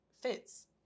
fits